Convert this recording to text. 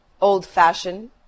old-fashioned